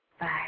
Bye